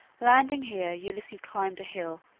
landing here, ulysses climbed a hill,